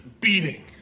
beating